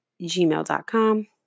gmail.com